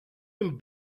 him